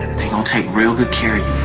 they gonna take real good care